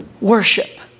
worship